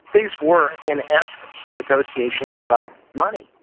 these were in essence negotiations about money,